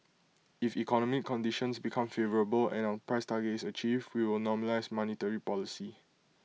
if economic conditions become favourable and our price target is achieved we will normalise monetary policy